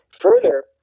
further